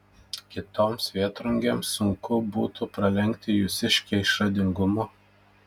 kitoms vėtrungėms sunku būtų pralenkti jūsiškę išradingumu